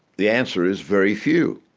the answer is, very few.